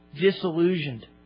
disillusioned